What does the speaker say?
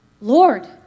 Lord